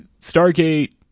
Stargate